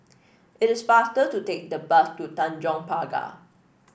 it is faster to take the bus to Tanjong Pagar